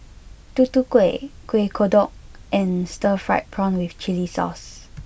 Tutu Kueh Kuih Kodok and Stir Fried Prawn with Chili Sauce